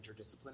interdisciplinary